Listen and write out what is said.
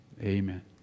amen